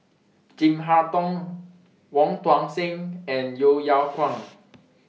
Chin Harn Tong Wong Tuang Seng and Yeo Yeow Kwang